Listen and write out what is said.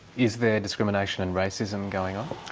is there discrimination and racism going on?